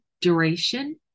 duration